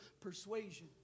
persuasion